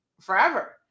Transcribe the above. forever